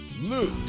Luke